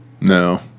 No